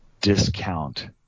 discount